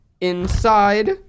Inside